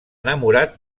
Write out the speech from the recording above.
enamorat